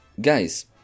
guys